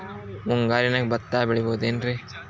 ಮುಂಗಾರಿನ್ಯಾಗ ಭತ್ತ ಬೆಳಿಬೊದೇನ್ರೇ?